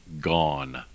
Gone